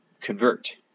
convert